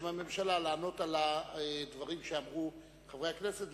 בשם הממשלה ולענות על הדברים שאמרו חברי הכנסת,